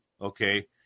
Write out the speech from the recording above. Okay